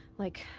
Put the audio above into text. like.